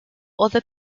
other